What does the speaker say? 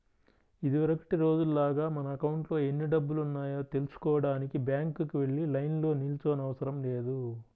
ఇదివరకటి రోజుల్లాగా మన అకౌంట్లో ఎన్ని డబ్బులున్నాయో తెల్సుకోడానికి బ్యాంకుకి వెళ్లి లైన్లో నిల్చోనవసరం లేదు